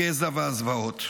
הגזע והזוועות.